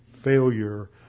Failure